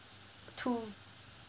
two